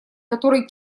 которой